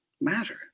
matter